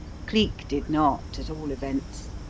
cleek did not, at all events.